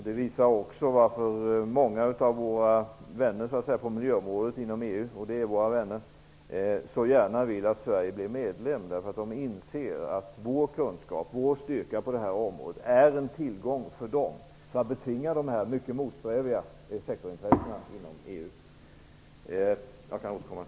Det visar också varför många av våra vänner på miljöområdet inom EU så gärna vill att Sverige blir medlem. De inser ju att vår kunskap och styrka på det här området är en tillgång för dem när det gäller att betvinga de här mycket motsträviga sektorsintressena inom EU.